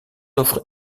offre